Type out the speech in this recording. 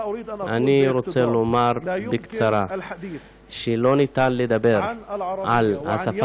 אני רוצה לומר בקצרה שלא ניתן לדבר על השפה